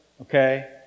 Okay